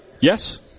Yes